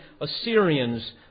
Assyrians